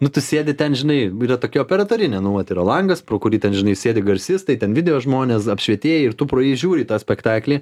nu tu sėdi ten žinai tokia operatarinė nu vat yra langas pro kurį ten žinai sėdi garsistai ten video žmonės apšvietėjai ir tu pro jį žiūri į tą spektaklį